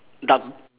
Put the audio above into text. dark